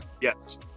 Yes